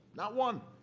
not one.